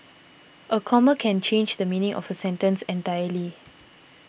a comma can change the meaning of a sentence entirely